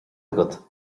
agat